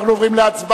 אנחנו עוברים להצבעה.